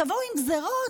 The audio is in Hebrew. תבואו עם גזרות,